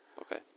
Okay